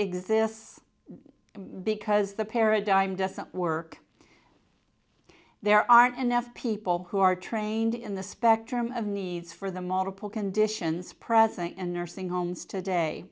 exists because the paradigm doesn't work there aren't enough people who are trained in the spectrum of needs for the multiple conditions present in nursing homes today